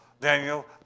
Daniel